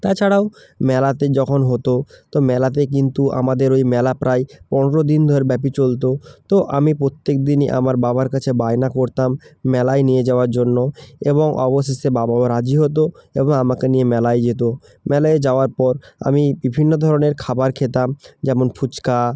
তাছাড়াও মেলাতে যখন হতো তো মেলাতে কিন্তু আমাদের ওই মেলা প্রায় পনেরো দিন ধর ব্যাপী চলতো তো আমি প্রত্যেকদিনই আমার বাবার কাছে বায়না করতাম মেলায় নিয়ে যাওয়ার জন্য এবং অবশেষে বাবা বা রাজি হতো এবং আমাকে নিয়ে মেলায় যেতো মেলায় যাওয়ার পর আমি বিভিন্ন ধরনের খাবার খেতাম যেমন ফুচকা